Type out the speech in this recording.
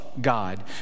God